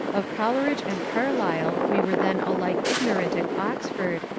of coleridge and carlyle we were then alike ignorant at oxford,